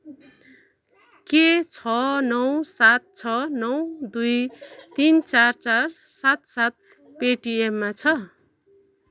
के छ नौ सात छ नौ दुई तिन चार चार सात सात पेटिएममा छ